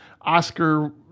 oscar